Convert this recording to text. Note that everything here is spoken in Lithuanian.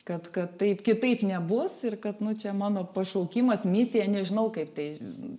kad kad taip kitaip nebus ir kad nu čia mano pašaukimas misija nežinau kaip tai